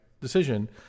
decision